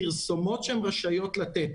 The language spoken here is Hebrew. הפרסומות שהן רשאיות לתת,